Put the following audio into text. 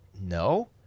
No